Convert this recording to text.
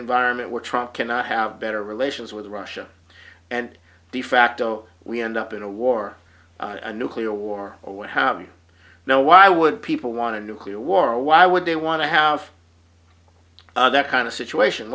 environment where trump cannot have better relations with russia and de facto we end up in a war nuclear war or what have you know why would people want to nuclear war why would they want to have that kind of situation